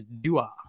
Dua